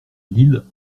lille